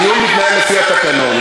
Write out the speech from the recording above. הדיון מתנהל לפי התקנון,